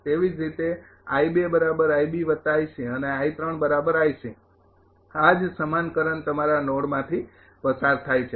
તેવી જ રીતે અને આ જ સમાન કરંટ તમારા નોડ માથી પસાર થાય છે